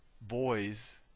boys